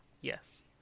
Yes